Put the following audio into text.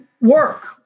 work